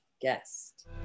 guest